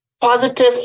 positive